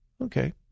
Okay